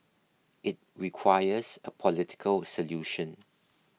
it requires a political solution